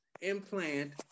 implant